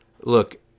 look